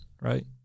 right